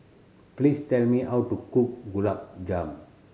please tell me how to cook Gulab Jamun